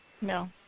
No